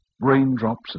raindrops